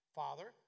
father